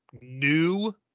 new